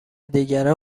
دیگران